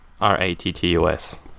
R-A-T-T-U-S